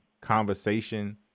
conversation